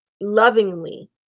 lovingly